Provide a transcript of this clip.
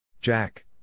Jack